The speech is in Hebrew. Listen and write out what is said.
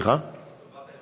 לטובת הארגונים.